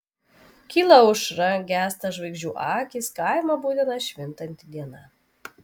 kyla aušra gęsta žvaigždžių akys kaimą budina švintanti diena